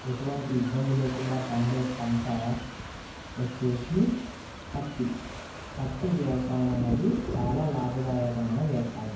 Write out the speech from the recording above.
ఎంటువంటి ఇబ్బంది లేకుండా పండే పంట వచ్చేసి పత్తి పత్తి వ్యవసాయం అనేది చాలా లాభదాయకమైన వ్యవసాయం